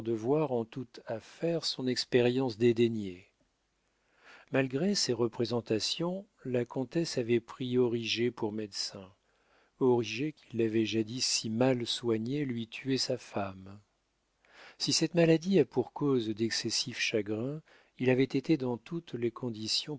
en toute affaire son expérience dédaignée malgré ces représentations la comtesse avait pris origet pour médecin origet qui l'avait jadis si mal soigné lui tuait sa femme si cette maladie a pour cause d'excessifs chagrins il avait été dans toutes les conditions